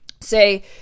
say